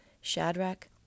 Shadrach